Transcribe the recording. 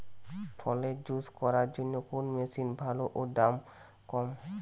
ফলের জুস করার জন্য কোন মেশিন ভালো ও দাম কম?